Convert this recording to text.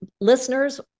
listeners